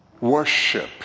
Worship